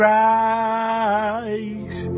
rise